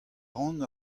ran